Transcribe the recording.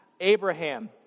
Abraham